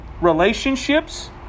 relationships